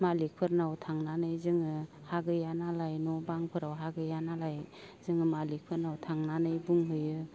मालिखफोरनाव थांनानै जोङो हा गैयानालाय न' बांफोराव हा गैयानालाय जोङो मालिखफोरनाव थांनानै बुंहैयो